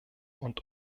und